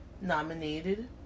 Nominated